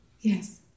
Yes